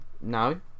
No